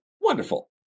Wonderful